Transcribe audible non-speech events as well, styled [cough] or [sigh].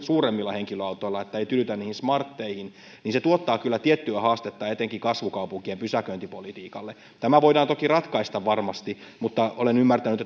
[unintelligible] suuremmilla henkilöautoilla ettei tyydytä niihin smarteihin niin se tuottaa kyllä tiettyä haastetta etenkin kasvukaupunkien pysäköintipolitiikalle tämä voidaan toki varmasti ratkaista mutta olen ymmärtänyt [unintelligible]